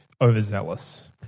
overzealous